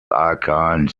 icons